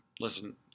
Listen